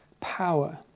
power